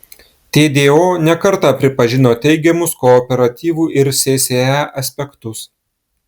tdo ne kartą pripažino teigiamus kooperatyvų ir sse aspektus